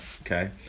Okay